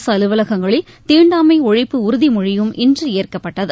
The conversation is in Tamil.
அரசு அலுவலகங்களில் தீண்டாமை ஒழிப்பு உறுதி மொழியும் இன்று ஏற்கப்பட்டது